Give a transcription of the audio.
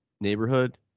neighborhood